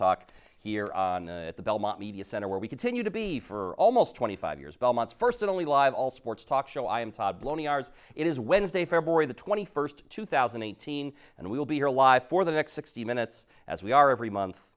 talk here at the belmont media center where we continue to be for almost twenty five years belmont's first and only live all sports talk show i am lonely hours it is wednesday february the twenty first two thousand and eighteen and we will be here live for the next sixty minutes as we are every month